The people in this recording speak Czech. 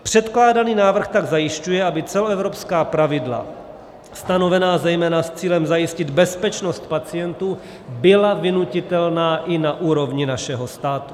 Předkládaný návrh tak zajišťuje, aby celoevropská pravidla stanovená zejména s cílem zajistit bezpečnost pacientů byla vynutitelná i na úrovni našeho státu.